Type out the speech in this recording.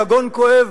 ביגון כואב,